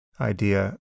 idea